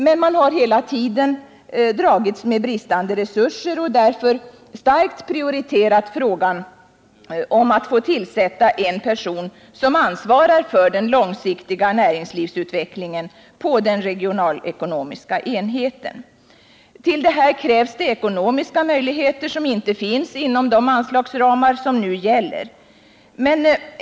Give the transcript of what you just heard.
Man har dock hela tiden dragits med bristande resurser och därför starkt prioriterat frågan om att få tillsätta en person som ansvarar för långsiktig näringslivsutveckling vid den regionalekonomiska enheten. Till detta krävs ekonomiska möjligheter som inte finns inom de anslagsramar som nu gäller.